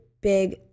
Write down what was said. big